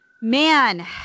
man